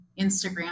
Instagram